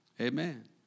Amen